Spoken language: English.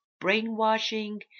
brainwashing